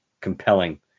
compelling